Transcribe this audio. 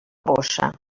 bossa